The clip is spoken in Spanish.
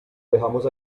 dejamos